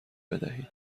بدهید